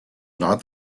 not